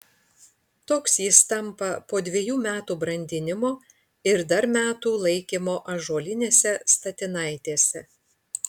toks jis tampa po dvejų metų brandinimo ir dar metų laikymo ąžuolinėse statinaitėse